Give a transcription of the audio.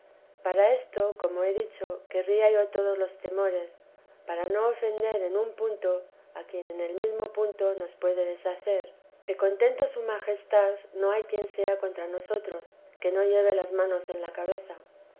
para esto como he dicho querría yo todos los temores para no ofender en un punto a quien en el mesmo punto nos puede deshacer que contento su majestad no hay quien sea contra nosotros que no lleve las manos en la cabeza